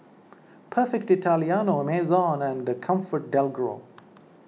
Perfect Italiano Amazon and ComfortDelGro